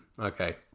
okay